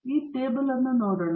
ಆದ್ದರಿಂದ ನಾವು ಈ ಟೇಬಲ್ ನೋಡೋಣ